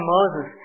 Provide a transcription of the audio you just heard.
Moses